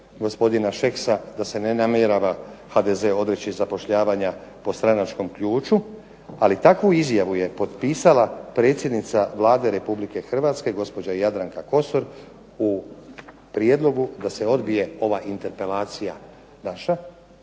gospodina Šeksa da se ne namjerava HDZ odreći zapošljavanja po stranačkom ključu, ali takvu izjavu je potpisala predsjednica Vlada Republike Hrvatske u prijedlogu da se odbije ova interpelacija naša